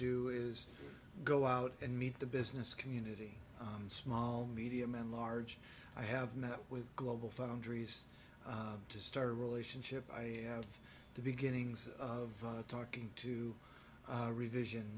do is go out and meet the business community small medium and large i have met with global foundries to start a relationship i have the beginnings of talking to revision